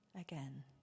again